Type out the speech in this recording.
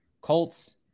Colts